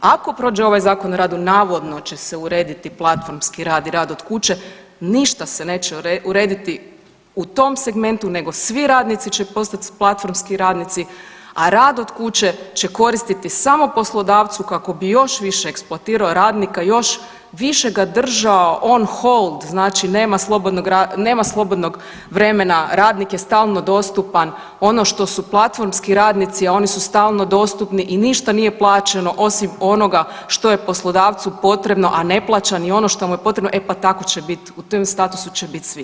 Ako prođe ovaj Zakon o radu, navodno će se urediti platformski rad i rad od kuće, ništa se neće urediti u tom segmentu, nego svi radnici će postati platformski radnici, a rad od kuće će koristiti samo poslodavcu kako bi još više eksploatirao radnika, još više ga držao on hold, znači nema slobodnog vremena, radnik je stalno dostupan, ono što su platformski radnici, a oni su stalno dostupni i ništa nije plaćeno osim onoga što je poslodavcu potrebno, a ne plaća ni ono što mu je potrebno, e pa tako će biti, u tom statusu će biti svi.